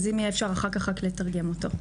אז אם יהיה אפשר אחר כך רק לתרגם אותו.